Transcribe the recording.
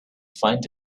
find